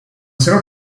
seva